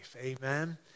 Amen